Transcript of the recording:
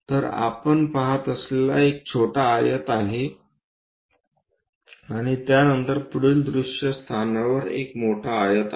तर आपण पाहत असलेला एक छोटा आयत आहे आणि त्या नंतर पुढील दृष्य स्थानावर एक मोठा आयत आहे